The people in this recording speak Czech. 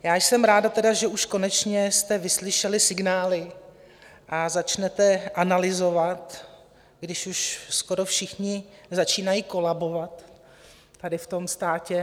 Já jsem ráda, že už konečně jste vyslyšeli signály a začnete analyzovat, když už skoro všichni začínají kolabovat tady v tom státě.